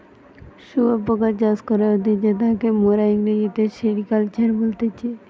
শুয়োপোকা চাষ করা হতিছে তাকে মোরা ইংরেজিতে সেরিকালচার বলতেছি